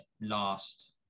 last